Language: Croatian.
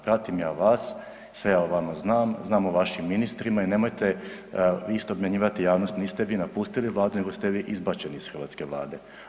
Pratim ja vas, sve ja o vama znam, znam o vašim ministrima i nemojte isto obmanjivati javnost niste vi napustili Vladu nego ste vi izbačenih iz Hrvatske vlade.